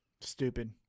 stupid